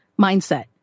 mindset